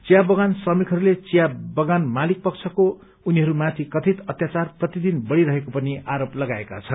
चिया बगान श्रमिकहरूले चिया बगान मालिक पक्षको उनीहरूमाथि कथित अत्याचार प्रतिदिन बढ़ीरहेको पनि आरोप लगाएका छन्